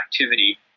activity